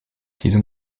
diese